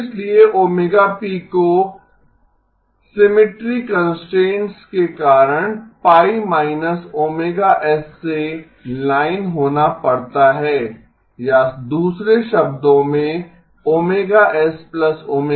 इसलिए ωp को symmetry constraints के कारण π −ωs से लाइन होना पड़ता है या दूसरे शब्दों मे ωsωpπ